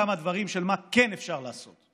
כמה דברים של מה כן אפשר לעשות,